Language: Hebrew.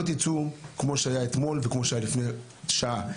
תצאו כמו שתהיו אתמול וכמו שהיה לפני שעה,